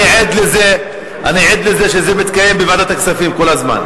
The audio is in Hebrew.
אני עד לזה שזה מתקיים בוועדת הכספים כל הזמן.